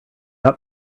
got